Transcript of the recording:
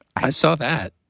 i saw that.